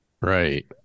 Right